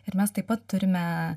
ir mes taip pat turime